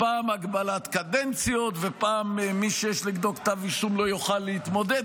פעם הגבלת קדנציות ופעם מי שיש נגדו כתב אישום לא יוכל להתמודד.